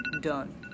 done